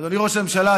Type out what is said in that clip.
אדוני ראש הממשלה,